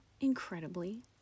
incredibly